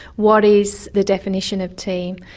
what is the definition of team.